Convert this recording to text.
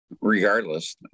Regardless